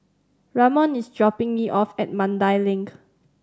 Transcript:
Ramon is dropping me off at Mandai Link